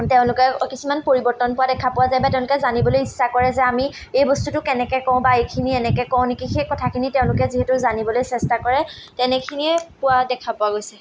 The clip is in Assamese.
তেওঁলোকে কিছুমান পৰিৱৰ্তন পোৱা দেখা পোৱা যায় বা তেওঁলোকে জানিবলৈ ইচ্ছা কৰে যে আমি এই বস্তুটো কেনেকৈ কওঁ বা এইখিনি এনেকৈ কওঁ নেকি সেই কথাখিনি তেওঁলোকে যিহেতু জানিবলৈ চেষ্টা কৰে তেনেখিনিয়ে পোৱা দেখা পোৱা গৈছে